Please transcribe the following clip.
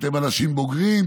אתם אנשים בוגרים,